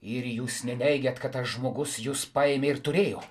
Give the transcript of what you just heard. ir jūs neneigiat kad tas žmogus jus paėmė ir turėjo